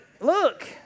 look